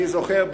אני זוכר,